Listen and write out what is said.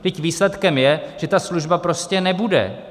Vždyť výsledkem je, že ta služba prostě nebude!